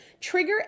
trigger